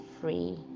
free